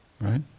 Right